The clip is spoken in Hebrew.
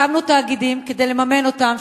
הקמנו תאגידים כדי לממן אותם,